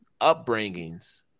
upbringings